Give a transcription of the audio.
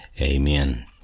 Amen